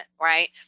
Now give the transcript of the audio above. right